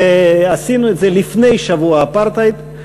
ועשינו את זה לפני שבוע האפרטהייד.